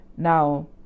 Now